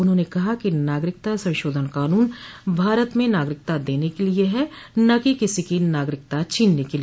उन्होंने कहा नागरिक संशोधन कानून भारत में नागरिकता देने के लिए है न कि किसी की नागरिकता छीनने के लिए